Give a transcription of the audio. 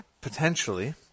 potentially